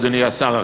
אדוני שר החינוך.